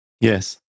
Yes